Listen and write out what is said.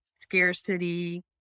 scarcity